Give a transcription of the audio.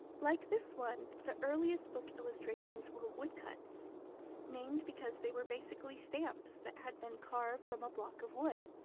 like this one, the earliest book illustrations were woodcuts named because they were basically stamps that had been carved from a block of wood.